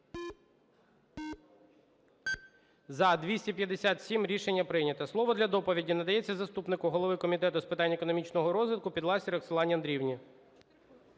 За-257 Рішення прийнято. Слово для доповіді надається заступнику голови Комітету з питань економічного розвитку Підласій Роксолані Андріївні.